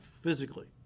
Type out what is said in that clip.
physically